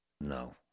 No